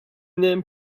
name